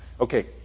Okay